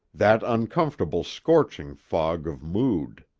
that uncomfortable scorching fog of mood.